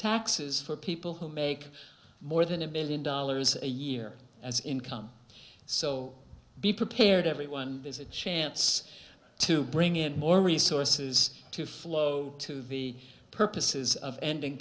taxes for people who make more than a billion dollars a year as income so be prepared everyone has a chance to bring in more resources to flow to the purposes of ending